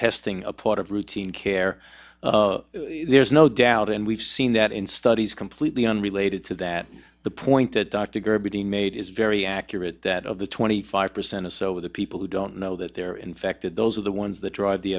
testing a part of routine care there's no doubt and we've seen that in studies completely unrelated to that the point that dr gerberding made is very accurate that of the twenty five percent or so of the people who don't know that they're infected those are the ones that drive the